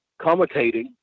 commentating